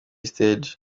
stage